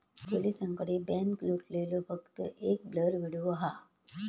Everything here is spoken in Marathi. पोलिसांकडे बॅन्क लुटलेलो फक्त एक ब्लर व्हिडिओ हा